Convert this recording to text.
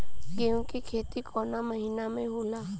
गेहूं के खेती कौन महीना में होला?